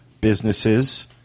businesses